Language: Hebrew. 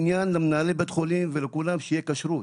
למנהלי בתי החולים ולכולם יש עניין שתהיה כשרות.